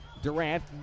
Durant